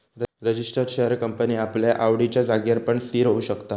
register share company आपल्या आवडिच्या जागेर पण स्थिर होऊ शकता